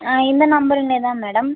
ஆ இந்த நம்பருங்களே தான் மேடம்